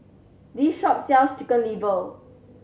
this shop sells Chicken Liver